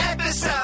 Episode